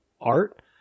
art